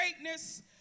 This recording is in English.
greatness